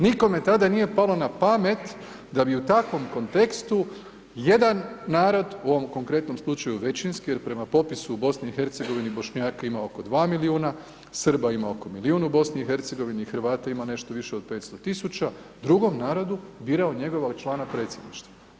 Nikome tada nije palo na pamet da bi u takvom kontekstu jedan narod, u ovom konkretnom slučaju većinski jer prema popisu BiH-a, Bošnjaka ima oko 2 milijuna, Srba ima oko milijun u BiH-u, Hrvata ima nešto više od 500 000, drugom narodu birao njegova člana predsjedništva.